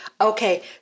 okay